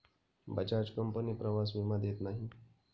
Bajaj company प्रवास विमा देत नाही